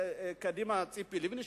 קדימה ציפי לבני,